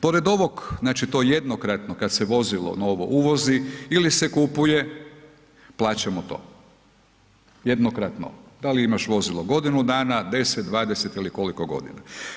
Pored ovog, znači to je jednokratno kad se vozilo novo uvozi ili se kupuje, plaćamo to, jednokratno, da li imaš vozilo godinu dana, 10, 20 ili koliko godina.